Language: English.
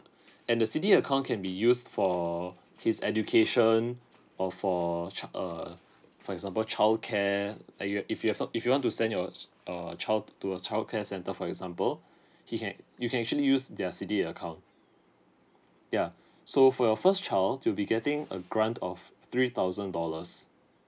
and the C D account can be used for his education or for char~ err for example childcare like you're if you're if you want to send your s~ err child to a childcare center for example he can you can actually use their C D A account yeah so for your first child they will be getting a grant of three thousand dollars